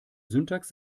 syntax